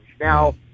Now